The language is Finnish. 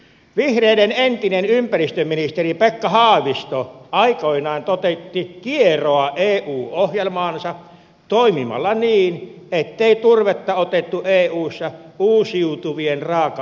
vihreiden entinen ympäristöministeri pekka haavisto aikoinaan toteutti kieroa eu ohjelmaansa toimimalla niin ettei turvetta otettu eussa uusiutuvien raaka aineiden joukkoon